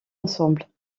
ensemble